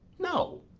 no.